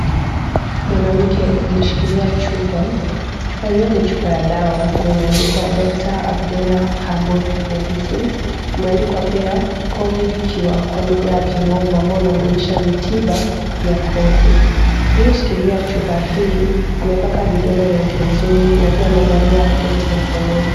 Mwanamke ameshikilia chupa, chupa yenyewe ni chupa ya dawa na imeandikwa doctor Abdela herbal medicine na pia covid cure kwa lugha ya kimombo ambao unamaanisha ni tiba ya covid . Aliyeshikilia chupa hizi amepaka vidole rangi nzuri na pia amevalia pete mkononi.